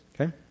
okay